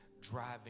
driving